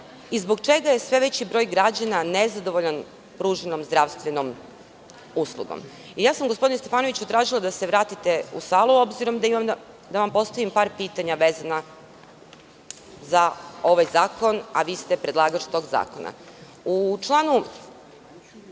i zbog čega je sve veći broj građana nezadovoljan pruženom zdravstvenom uslugom. Ja sam gospodine Stefanoviću, tražila da se vratite u salu, obzirom da imam da vam postavim par pitanja vezana za ovaj zakon, a vi ste predlagač tog zakona.U